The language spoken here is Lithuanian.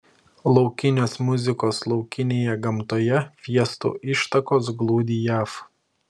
laukinės muzikos laukinėje gamtoje fiestų ištakos glūdi jav